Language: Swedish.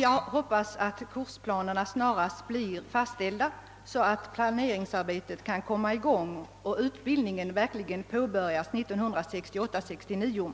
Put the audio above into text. Jag hoppas att kursplanerna snarast blir fastställda, så att planeringsarbetet kan komma i gång och utbildningen verkligen påbörjas 1968/69.